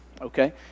Okay